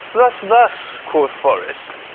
thus, thus, quoth forrest,